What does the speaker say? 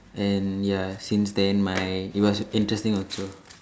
and ya since then my it was interesting also